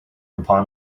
upon